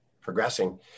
progressing